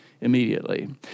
immediately